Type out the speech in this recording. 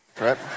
right